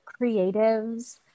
creatives